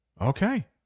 okay